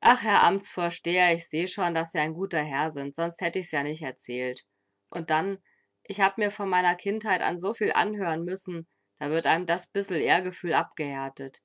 ach herr amtsvorsteher ich seh schon daß sie ein guter herr sind sonst hätt ich's ja nicht erzählt und dann ich hab mir von meiner kindheit an soviel anhören müssen da wird einem das bissel ehrgefühl abgehärtet